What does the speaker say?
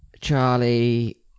Charlie